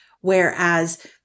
Whereas